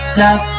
love